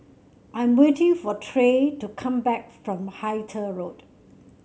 I am waiting for Trey to come back from Hythe Road